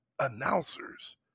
announcers